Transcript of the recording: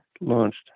launched